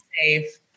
safe